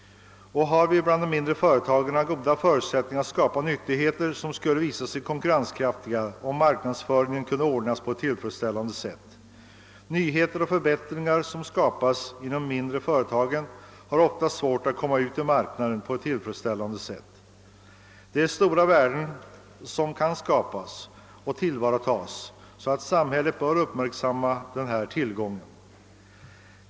Bland de mindre företagen finns goda förutsättningar att skapa nyttigheter, vilka skulle visa sig konkurrenskraftiga, om marknadsföringen kunde ordnas på ett tillfredsställande sätt. Nyttigheter och förbättringar som skapas inom de mindre företagen har nu ofta svårt att komma ut på marknaden. Det är emellertid så stora värden som här kan skapas och tillvaratas, att samhället bör uppmärksamma denna tillgång.